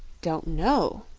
don't know,